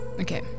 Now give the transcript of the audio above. Okay